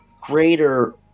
greater